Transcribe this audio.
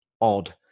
odd